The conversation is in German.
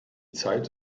zeit